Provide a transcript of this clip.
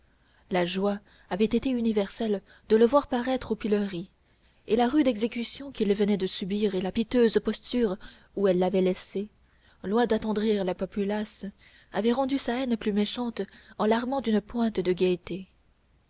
la joie avait été universelle de le voir paraître au pilori et la rude exécution qu'il venait de subir et la piteuse posture où elle l'avait laissé loin d'attendrir la populace avaient rendu sa haine plus méchante en l'armant d'une pointe de gaieté